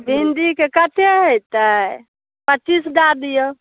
भिन्डीके कतेक हेतै पचीस दऽ दिऔ